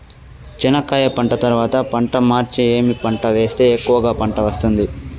చెనక్కాయ పంట తర్వాత పంట మార్చి ఏమి పంట వేస్తే ఎక్కువగా పంట వస్తుంది?